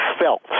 felt